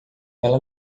ela